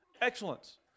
excellence